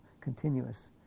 continuous